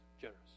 generous